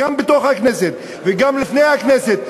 גם בתוך הכנסת וגם לפני הכנסת,